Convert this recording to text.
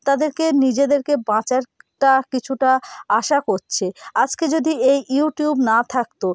তাদেরকে নিজেদেরকে বাঁচার একটা কিছুটা আশা করছে আজকে যদি এই ইউটিউব না থাকতো